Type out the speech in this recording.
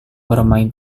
bermain